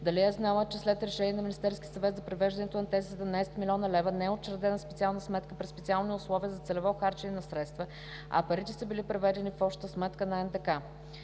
дали е знаела, че след решението на Министерския съвет за превеждането на тези 17 млн. лв. не е учредена специална сметка при специални условия за целево харчене на средствата, а парите са били преведени в общата сметка на НДК?